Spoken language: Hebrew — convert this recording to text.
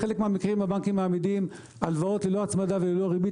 בחלק מהמקרים הבנקים מעמידים הלוואות ללא הצמדה וללא ריבית,